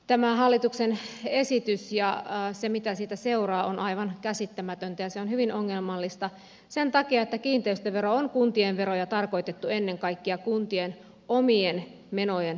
tämä hallituksen esitys on aivan käsittämätön ja se mitä siitä seuraa on hyvin ongelmallista sen takia että kiinteistövero on kuntien vero ja tarkoitettu ennen kaikkea kuntien omien menojen kattamiseen